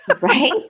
Right